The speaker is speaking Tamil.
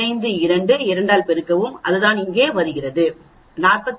15 2 2 ஆல் பெருக்கப்படுகிறது அதுதான் இங்கு வருகிறது 43